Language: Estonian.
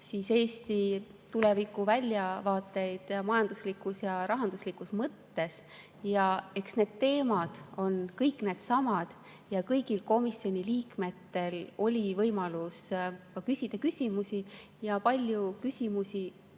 Eesti tulevikuväljavaateid majanduslikus ja rahanduslikus mõttes. Eks need teemad on kõik needsamad ja kõigil komisjoni liikmetel oli võimalus küsida küsimusi ja palju küsimusi